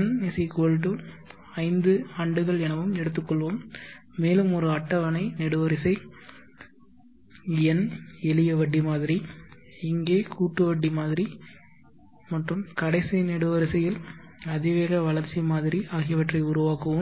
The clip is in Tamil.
n 5 ஆண்டுகள் எனவும் எடுத்துக்கொள்வோம் மேலும் ஒரு அட்டவணை நெடுவரிசை n எளிய வட்டி மாதிரி இங்கே கூட்டு வட்டி மாதிரி மற்றும் கடைசி நெடுவரிசையில் அதிவேக வளர்ச்சி மாதிரி ஆகியவற்றை உருவாக்குவோம்